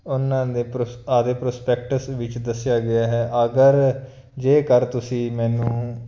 ਉਹਨਾਂ ਦੇ ਪ੍ਰੋਸ ਆਪਣੇ ਪ੍ਰੋਸਪੈਕਟਸ ਵਿੱਚ ਦੱਸਿਆ ਗਿਆ ਹੈ ਅਗਰ ਜੇਕਰ ਤੁਸੀਂ ਮੈਨੂੰ